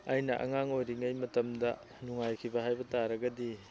ꯑꯩꯅ ꯑꯉꯥꯡ ꯑꯣꯏꯔꯤꯉꯩ ꯃꯇꯝꯗ ꯅꯨꯡꯉꯥꯏꯈꯤꯕ ꯍꯥꯏꯕ ꯇꯥꯔꯒꯗꯤ